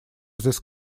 this